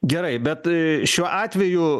gerai bet šiuo atveju